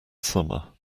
summer